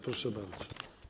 Proszę bardzo.